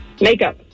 Makeup